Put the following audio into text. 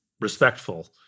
respectful